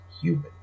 human